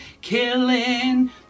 Killing